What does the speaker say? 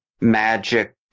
magic